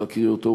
בהכירי אותו,